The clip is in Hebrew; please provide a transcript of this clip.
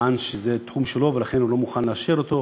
טען שזה תחום שלו ולכן הוא לא מוכן לאשר אותו,